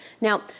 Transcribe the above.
Now